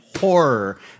horror